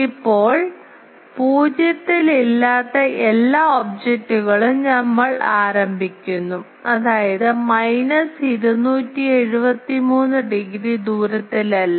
ഇപ്പോൾ 0 ൽ ഇല്ലാത്ത എല്ലാ ഒബ്ജക്റ്റുകളും ഞങ്ങൾ ആരംഭിക്കുന്നു അതായത് മൈനസ് 273 ഡിഗ്രി ദൂരത്തിൽ അല്ല